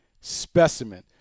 specimen